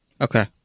Okay